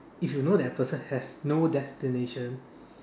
if you know that person has no destination